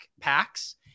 packs